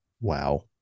Wow